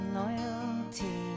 loyalty